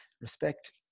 respect